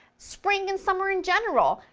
spring and summer in general,